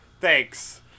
Thanks